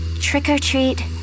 Trick-or-treat